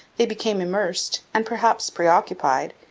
they became immersed, and perhaps preoccupied,